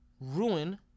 ruin